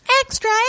Extra